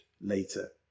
later